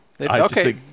Okay